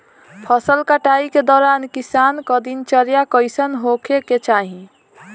फसल कटाई के दौरान किसान क दिनचर्या कईसन होखे के चाही?